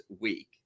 week